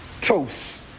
Toast